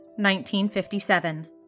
1957